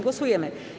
Głosujemy.